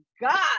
God